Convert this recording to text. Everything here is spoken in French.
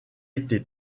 été